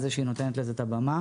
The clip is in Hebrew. על זה שהיא נותנת לזה את הבמה.